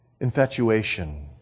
infatuation